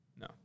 No